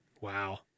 Wow